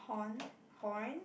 porn horn